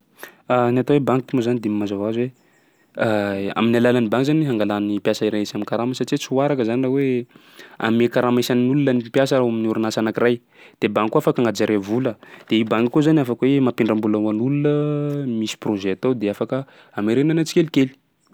Ny atao hoe banky moa zany de mazava hoazy hoe' amin'ny alalan'ny banky zany hangalan'ny mpiasa iray izy am'karamany satsia tsy ho araka raha hoe anome karama isan'olona ny mpiasa raha ao amin'ny orinasa anankiray. De banky koa afaka agnajariÃ vola, de banky koa zany afaky hoe mampindram-bola ho an'olona misy projet atao de afaka amerenana tsikelikely.